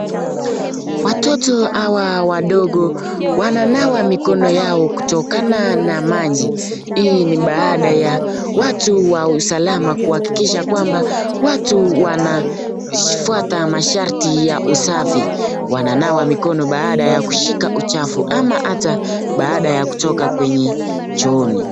Watoto hawa wadogo wananawa mikono yao kutokana na maji . Hii ni baada ya watu wa usalama kuhakikisha kwamba watu wanafuata masharti ya usafi . Wananawa mikono baada ya kushika uchafu ama ata baada ya kutoka kwenye chooni .